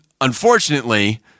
Unfortunately